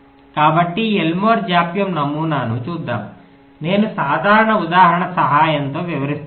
కాబట్టి ఈ ఎల్మోర్ జాప్యం నమూనాను చూద్దాం నేను సాధారణ ఉదాహరణ సహాయంతో వివరిస్తున్నాను